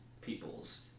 people's